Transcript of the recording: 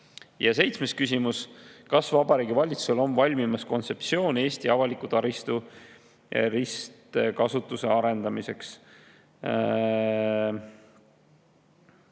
Seitsmes küsimus: "Kas Vabariigi Valitsusel on valmimas kontseptsioon Eesti avaliku taristu ristkasutuse arendamiseks?"